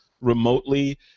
remotely